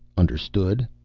understood?